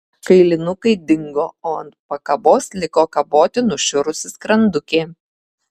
kailinukai dingo o ant pakabos liko kaboti nušiurus skrandukė